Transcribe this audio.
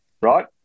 right